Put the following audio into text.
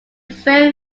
very